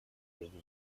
между